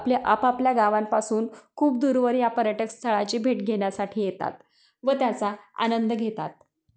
आपल्या आपापल्या गावांपासून खूप दूरवर या पर्यटक स्थळाची भेट घेण्यासाठी येतात व त्याचा आनंद घेतात